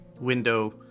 window